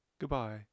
Goodbye